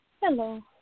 Hello